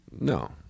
No